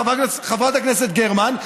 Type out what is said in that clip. חברת הכנסת גרמן,